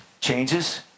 changes